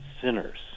sinners